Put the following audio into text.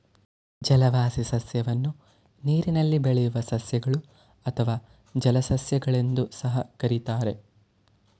ಜಲವಾಸಿ ಸಸ್ಯವನ್ನು ನೀರಿನಲ್ಲಿ ಬೆಳೆಯುವ ಸಸ್ಯಗಳು ಅಥವಾ ಜಲಸಸ್ಯ ಗಳೆಂದೂ ಸಹ ಕರಿತಾರೆ